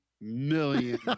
million